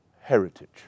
heritage